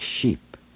sheep